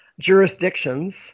jurisdictions